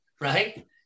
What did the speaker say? right